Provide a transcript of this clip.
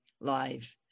live